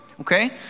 okay